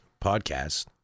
podcast